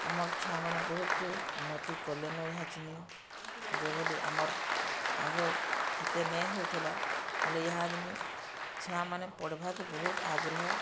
ଆମର୍ ଛୁଆମାନେ ବହୁତ୍ଟେ ଉନ୍ନତି କଲେନ ଏହାଚିନି ଯେଭଳି ଆମର୍ ଆଗ ହେତେ ନେଇ ହଉଥିଲା ହେଲେ ଏହାଚିନି ଛୁଆମାନେ ପଢ଼୍ବାକେ ବହୁତ୍ ଆଗ୍ରହ